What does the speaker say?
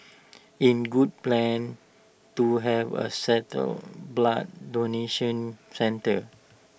in good plan to have A satellite blood donation centre